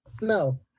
No